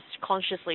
consciously